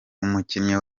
umukinnyi